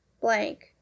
blank